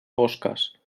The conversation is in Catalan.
fosques